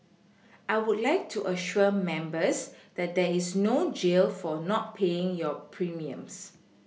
I would like to assure members that there is no jail for not paying your premiums